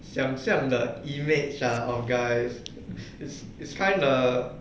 想象的 image ah of guys it's it's kinda